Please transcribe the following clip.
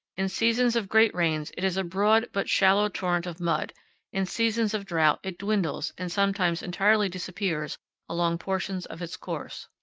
in seasons of great rains it is a broad but shallow torrent of mud in seasons of drought it dwindles and sometimes entirely disappears along portions of its course.